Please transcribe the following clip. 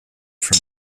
from